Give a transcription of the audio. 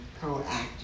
proactive